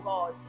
God